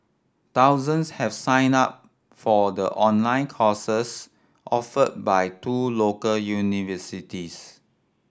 thousands have signed up for the online courses offered by two local universities